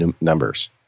numbers